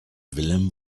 wilhelm